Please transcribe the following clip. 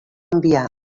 enviar